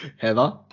Heather